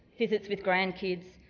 visits with grandkids,